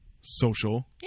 social